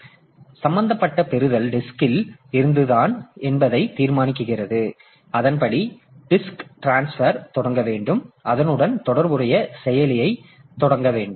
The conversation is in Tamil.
எனவே சம்பந்தப்பட்ட பெறுதல் டிஸ்க்ல் இருந்துதான் என்பதை தீர்மானிக்கிறது அதன்படி டிஸ்க் டிரான்ஸ்பர் தொடங்க வேண்டும் அதனுடன் தொடர்புடைய செயலைத் தொடங்க வேண்டும்